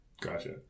Gotcha